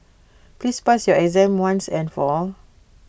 please pass your exam once and for all